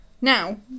Now